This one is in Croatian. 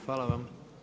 Hvala vam.